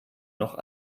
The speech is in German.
noch